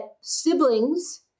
siblings